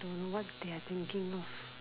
don't know what they are thinking of